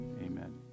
amen